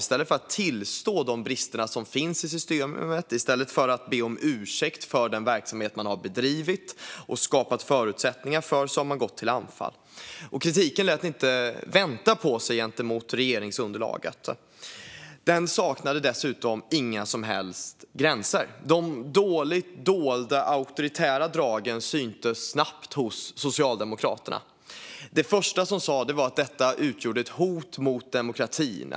I stället för att tillstå de brister som finns i systemet och i stället för att be om ursäkt för den verksamhet man har bedrivit och skapat förutsättningar för har man gått till anfall. Kritiken mot regeringsunderlaget lät inte vänta på sig. Den hade dessutom inga som helst gränser. De illa dolda auktoritära dragen syntes snabbt hos Socialdemokraterna. Det första man sa var att detta utgör ett hot mot demokratin.